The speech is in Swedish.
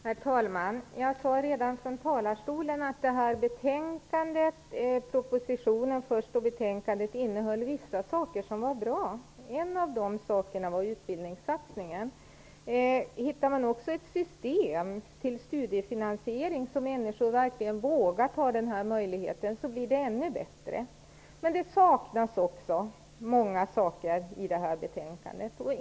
Herr talman! Jag sade redan när jag stod i talarstolen att propositionen och betänkandet innehöll vissa saker som är bra. En av de sakerna är utbildningssatsningen. Hittar man också ett system för studeifinansiering, så att människor vågar att ta den här möjligheten, blir det ännu bättre. Men det saknas också många saker i betänkandet.